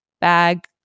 bag